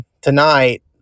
tonight